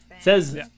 Says